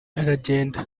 aragenda